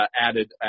added